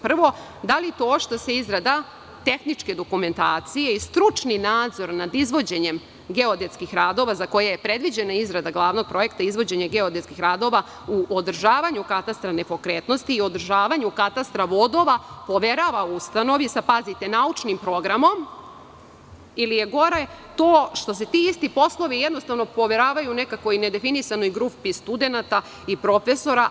Prvo, da li to što se izrada tehničke dokumentacije i stručni nadzor nad izvođenjem geodetskih radova, za koje je predviđena izrada glavnog projekta i izvođenje geodetskih radova u održavanju katastra nepokretnosti i održavanju katastra vodova, poverava ustanovi naučnim programom ili je gore što se ti isti poslovi jednostavno poveravaju nekakvoj nedefinisanoj grupi studenata i profesora.